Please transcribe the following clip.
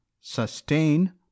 sustain